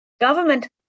Government